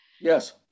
Yes